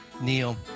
Neil